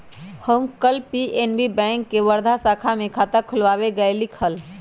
हम कल PNB bank के वर्धा शाखा में खाता खुलवावे गय लीक हल